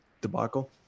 debacle